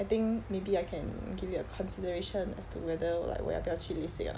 I think maybe I can give it a consideration as to whether like 我要不要去 lasik or not